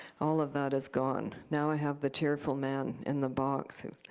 all of that is gone. now i have the cheerful man in the box who